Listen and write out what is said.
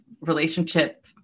relationship